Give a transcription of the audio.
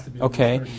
Okay